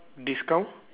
discount